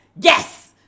Yes